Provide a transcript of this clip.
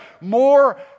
more